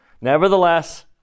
Nevertheless